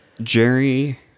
Jerry